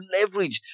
leveraged